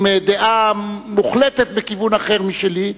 עם דעה מוחלטת לכיוון אחר משלי,